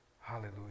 Hallelujah